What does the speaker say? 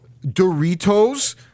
Doritos